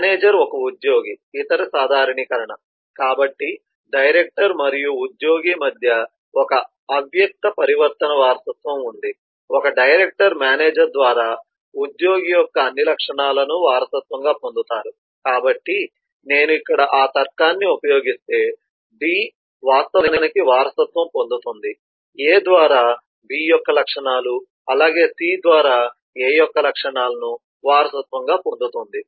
manager ఒక ఉద్యోగి ఇతర సాధారణీకరణ కాబట్టి డైరెక్టర్ మరియు ఉద్యోగి మధ్య ఒక అవ్యక్త పరివర్తన వారసత్వం ఉంది ఒక డైరెక్టర్ మేనేజర్ ద్వారా ఉద్యోగి యొక్క అన్ని లక్షణాలను వారసత్వంగా పొందారు కాబట్టి నేను ఇక్కడ ఆ తర్కాన్ని ఉపయోగిస్తే D వాస్తవానికి వారసత్వం పొందుతుంది A ద్వారా B యొక్క లక్షణాలు అలాగే C ద్వారా A యొక్క లక్షణాలను వారసత్వంగా పొందుతుంది